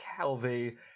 Calvi